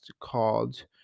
called